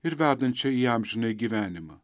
ir vedančią į amžinąjį gyvenimą